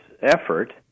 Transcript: effort